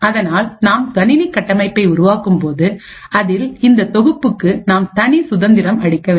அதனால் நாம் கணினி கட்டமைப்பை உருவாக்கும் போது அதில் இந்த தொகுப்புக்கு நாம் தனி சுதந்திரம் அளிக்க வேண்டும்